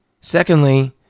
secondly